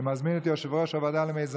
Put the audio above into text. ותיכנס